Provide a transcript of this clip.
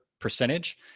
percentage